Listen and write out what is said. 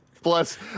plus